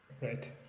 Right